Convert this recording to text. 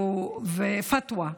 פתווה,